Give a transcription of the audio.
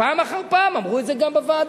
פעם אחר פעם, אמרו את זה גם בוועדה: